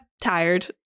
tired